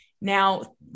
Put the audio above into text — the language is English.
Now